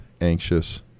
anxious